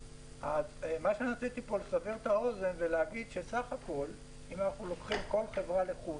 אני רוצה להגיד שאם אנחנו לוקחים כל חברה לחוד,